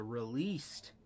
released